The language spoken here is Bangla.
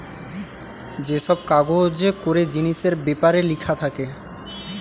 যে সব কাগজে করে জিনিসের বেপারে লিখা থাকে